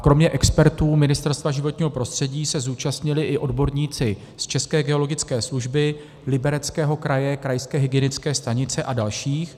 Kromě expertů Ministerstva životního prostředí se zúčastnili i odborníci z České geologické služby, Libereckého kraje, krajské hygienické stanice a dalších.